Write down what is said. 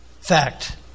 fact